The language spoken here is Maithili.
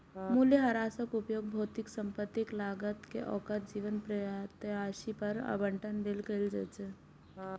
मूल्यह्रासक उपयोग भौतिक संपत्तिक लागत कें ओकर जीवन प्रत्याशा पर आवंटन लेल कैल जाइ छै